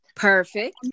perfect